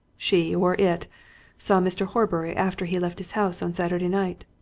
she, or it saw mr. horbury after he left his house on saturday night.